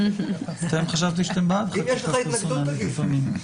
חשבתי שאתם בעד חקיקה פרסונלית.